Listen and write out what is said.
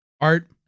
Art